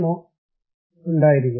O ഉണ്ടായിരിക്കാം